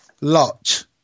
Lot